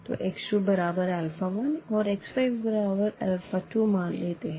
तो x 2 बराबर alpha 1 और x 5 बराबर अल्फा 2 मान लेते है